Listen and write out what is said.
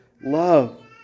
love